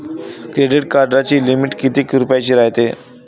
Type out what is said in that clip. Credit कार्डाची limit कितीक रुपयाची रायते?